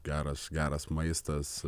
geras geras maistas